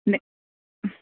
नाही